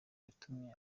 yatumye